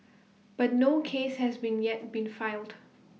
but no case has been yet been filed